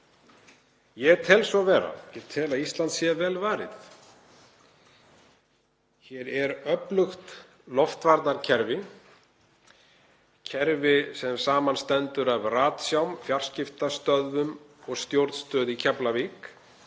Ég tel svo vera. Ég tel að Íslands sé vel varið. Hér er öflugt loftvarnakerfi sem samanstendur af ratsjám, fjarskiptastöðvum og stjórnstöð í Keflavík,